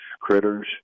critters